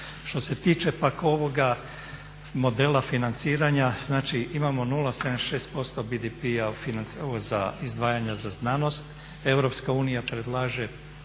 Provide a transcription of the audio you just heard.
Što se tiče pak ovoga modela financiranja, znači imamo 0,76% BDP-a izdvajanja za znanost, EU predlaže